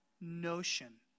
notion